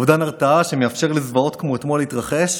אובדן הרתעה שמאפשר לזוועות כמו אתמול להתרחש